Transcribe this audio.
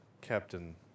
Captain